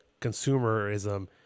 consumerism